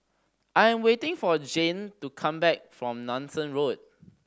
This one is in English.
I am waiting for Zhane to come back from Nanson Road